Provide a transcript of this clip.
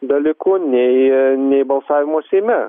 dalyku nei nei balsavimo seime